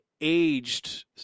aged